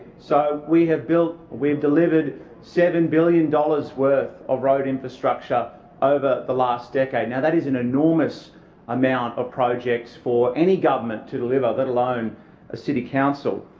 so we have built we have delivered seven billion dollars worth of road infrastructure over the last decade. now that is an enormous amount of projects for any government to deliver let alone a city council.